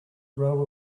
row